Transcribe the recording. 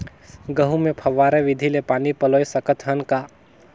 गहूं मे फव्वारा विधि ले पानी पलोय सकत हन का?